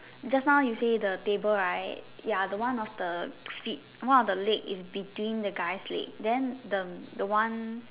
just now you say the table right ya the one of the feet one of the leg is between the guy's leg then the the one